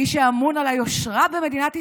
האיש שאמון על היושרה במדינת ישראל,